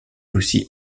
aussi